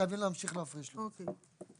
חייבים להמשיך להפריש לו את זה.